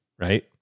right